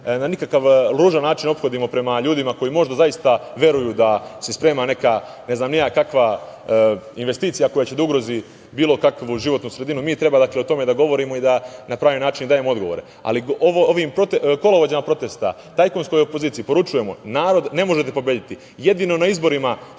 na nikakav ružan način ophodimo prema ljudima koji možda zaista veruju da se sprema neka, ne znam ni ja kakva investicija koja će da ugrozi bilo kakvu životnu sredinu, mi treba o tome da govorimo i da na pravi način dajemo odgovore. Ali, ovim kolovođama protesta, tajkunskoj opoziciji poručujemo, narod ne možete pobediti, jedino na izborima ćete